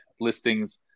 listings